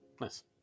Nice